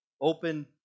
Open